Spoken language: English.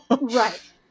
right